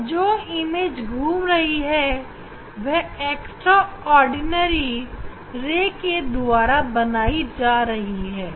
और जो छवि घूम रही है वह e ray के द्वारा बनी हुई है